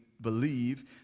believe